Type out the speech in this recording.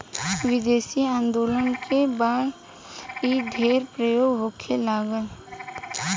स्वदेशी आन्दोलन के बाद इ ढेर प्रयोग होखे लागल